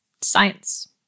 Science